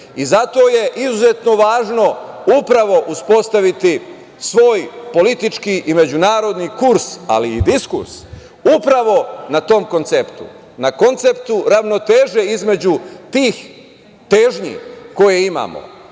zato je izuzetno važno upravo uspostaviti svoj politički i međunarodni kurs, ali i diskurs upravo na tom konceptu, na konceptu ravnoteže između tih težnji koje imamo